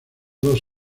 dos